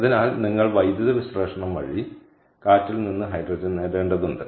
അതിനാൽ നിങ്ങൾ വൈദ്യുതവിശ്ലേഷണം വഴി കാറ്റിൽ നിന്ന് ഹൈഡ്രജൻ നേടേണ്ടതുണ്ട്